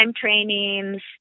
trainings